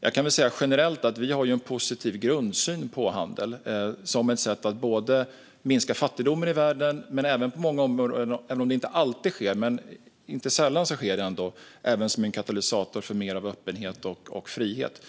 Jag kan säga generellt att vi har en positiv grundsyn på handel som ett sätt att minska fattigdomen i världen men även som en katalysator för mer av öppenhet och frihet på många områden. Det sker inte alltid, men det sker inte heller sällan.